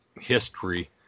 history